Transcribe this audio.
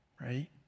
right